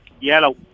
Yellow